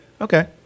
Okay